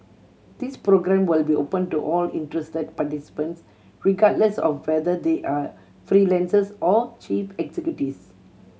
this programme will be open to all interested participants regardless of whether they are freelancers or chief executives